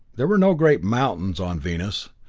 there were no great mountains on venus,